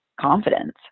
confidence